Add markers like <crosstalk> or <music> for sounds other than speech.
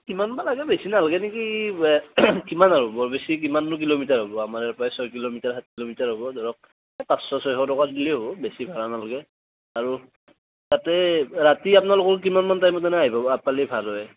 কিমান বা লাগে বেছি নালাগে নেকি <unintelligible> কিমান হ'ব আৰু বৰ বেছি কিমাননো কিলোমিটাৰ হ'ব আমাৰ ইয়াৰ পৰা ছয় কিলোমিটাৰ সাত কিলোমিটাৰ হ'ব ধৰক পাঁচশ ছয়শ টকা দিলেই হ'ব বেছি ভাড়া নালাগে আৰু তাতে ৰাতি আপোনালোকে কিমান মান টাইম <unintelligible> আহিব পাৰিলে ভাল হয়